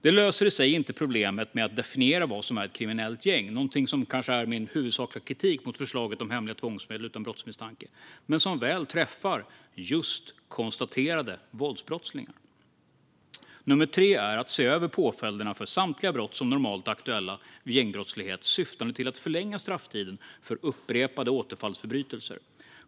Detta i sig löser inte problemet med att definiera vad som är ett kriminellt gäng, något som kanske är min huvudsakliga kritik mot förslaget om hemliga tvångsmedel utan brottsmisstanke, men det träffar just konstaterade våldsbrottslingar väl. Det tredje är att se över påföljderna för samtliga brott som normalt är aktuella vid gängbrottslighet, syftande till att förlänga strafftiden för upprepade återfallsförbrytelser.